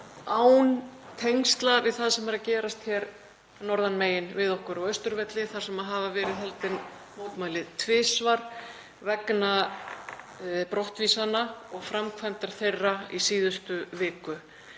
án tengsla við það sem er að gerast hér norðan megin við okkur, á Austurvelli þar sem tvisvar hafa verið haldin mótmæli vegna brottvísana og framkvæmdar þeirra í síðustu viku.